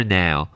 now